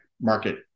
market